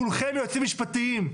כולכם יועצים משפטיים.